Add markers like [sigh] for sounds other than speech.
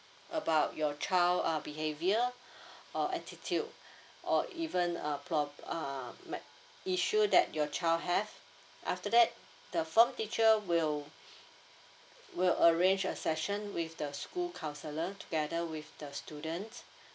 about your child uh behavior [breath] or attitude or even uh pro~ uh like issue that your child have after that the form teacher will will arrange a session with the school counsellor together with the students